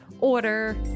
order